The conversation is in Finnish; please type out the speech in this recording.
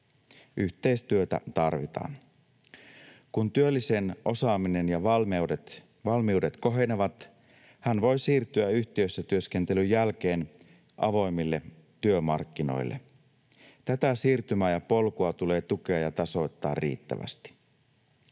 Yhteistyötä tarvitaan. Kun työllisen osaaminen ja valmiudet kohenevat, hän voi siirtyä yhtiössä työskentelyn jälkeen avoimille työmarkkinoille. Tätä siirtymää ja polkua tulee tukea ja tasoittaa riittävästi.